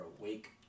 awake